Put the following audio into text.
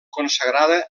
consagrada